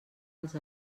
els